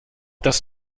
das